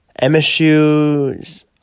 MSU's